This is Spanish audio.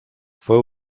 fue